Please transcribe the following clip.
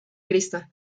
cristo